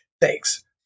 Thanks